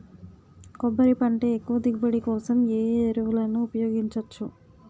కొబ్బరి పంట ఎక్కువ దిగుబడి కోసం ఏ ఏ ఎరువులను ఉపయోగించచ్చు?